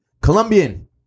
Colombian